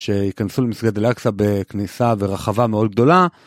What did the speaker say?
שיכנסו למסגד אל אקצא בכניסה ורחבה מאוד גדולה.